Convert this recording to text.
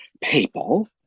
people